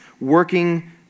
working